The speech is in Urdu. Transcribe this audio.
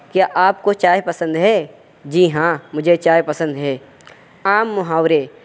کیا آپ کو چائے پسند ہے جی ہاں مجھے چائے پسند ہے عام محاورے